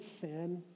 sin